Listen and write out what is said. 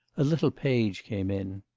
a little page came in.